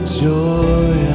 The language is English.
joy